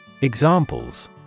Examples